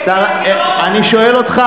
אני שואל אותך,